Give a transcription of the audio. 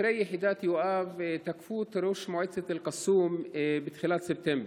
שוטרי יחידת יואב תקפו את ראש מועצת אל-קסום בתחילת ספטמבר,